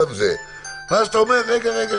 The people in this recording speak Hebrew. ואז אתה אומר: רגע,